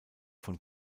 von